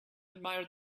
admired